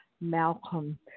Malcolm